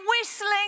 whistling